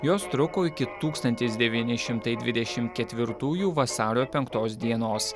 jos truko iki tūkstantis devyni šimtai dvidešim ketvirtųjų vasario penktos dienos